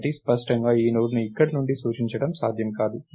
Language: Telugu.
కాబట్టి స్పష్టంగా ఈ నోడ్ను ఇక్కడ నుండి సూచించడం సాధ్యం కాదు